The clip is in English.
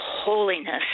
holiness